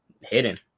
hidden